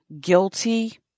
guilty